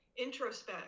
introspect